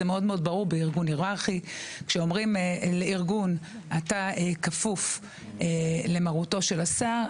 זה מאוד ברור בארגון היררכי כשאומרים לארגון אתה כפוף למרותו של השר,